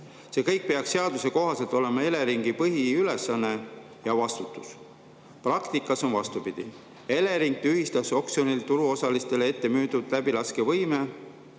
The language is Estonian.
See kõik peaks seaduse kohaselt olema Eleringi põhiülesanne ja vastutus. Praktikas on vastupidi. Elering tühistas oksjonil turuosalistele ette müüdud läbilaskevõime